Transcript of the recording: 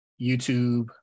YouTube